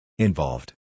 Involved